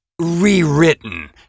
rewritten